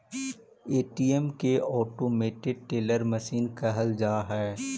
ATM के automated teller machine कहल जा हइ